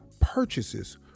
purchases